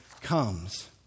comes